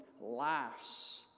laughs